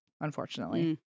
unfortunately